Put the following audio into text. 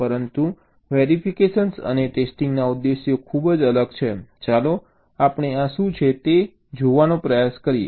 પરંતુ વેરિફિકેશન અને ટેસ્ટિંગના ઉદ્દેશ્યો ખૂબ જ અલગ છે ચાલો આપણે આ શું છે તે જોવાનો પ્રયાસ કરીએ